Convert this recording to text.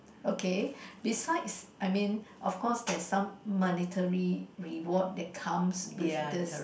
okay besides I mean of course there's some monetary reward that comes with this